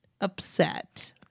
upset